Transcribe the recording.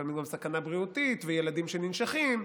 ולפעמים גם סכנה בריאותית וילדים שננשכים,